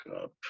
up